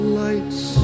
lights